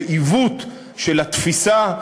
בעיוות של התפיסה,